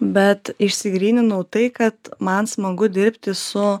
bet išsigryninau tai kad man smagu dirbti su